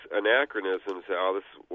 anachronisms